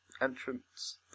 Entrance